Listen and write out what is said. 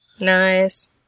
Nice